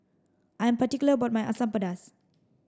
I'm particular about my Asam Pedas